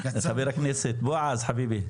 חבר הכנסת בועז חביבי.